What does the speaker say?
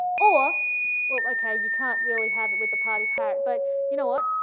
or well, okay, you can't really have it with a party parrot, but you know what,